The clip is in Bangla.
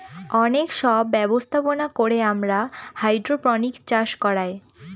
অনেক সব ব্যবস্থাপনা করে আমরা হাইড্রোপনিক্স চাষ করায়